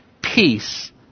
peace